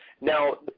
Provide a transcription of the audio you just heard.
Now